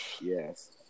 Yes